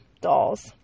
dolls